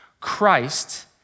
Christ